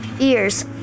ears